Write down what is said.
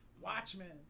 Watchmen